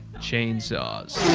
chainsaws?